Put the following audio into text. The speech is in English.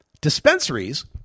dispensaries